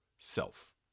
Self